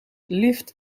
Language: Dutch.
lyft